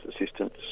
assistance